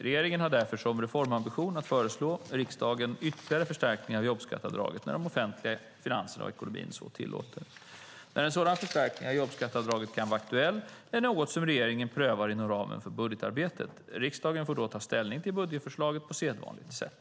Regeringen har därför som reformambition att föreslå riksdagen en ytterligare förstärkning av jobbskatteavdraget när de offentliga finanserna och ekonomin så tillåter. När en sådan förstärkning av jobbskatteavdraget kan vara aktuell är något som regeringen prövar inom ramen för budgetarbetet. Riksdagen får då ta ställning till budgetförslaget på sedvanligt sätt.